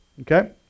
Okay